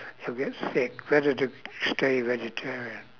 you'll get sick better to stay a vegetarian